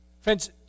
Friends